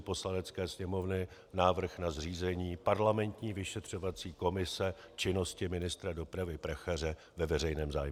Poslanecké sněmovny návrh na zřízení parlamentní vyšetřovací komise činnosti ministra dopravy Prachaře ve veřejném zájmu.